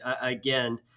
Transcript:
again